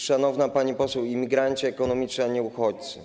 Szanowna pani poseł, imigranci ekonomiczni, a nie uchodźcy.